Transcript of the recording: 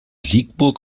siegburg